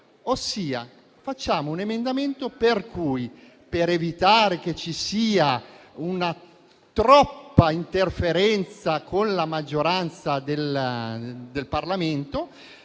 presentato un emendamento con cui, per evitare che ci sia troppa interferenza con la maggioranza del Parlamento,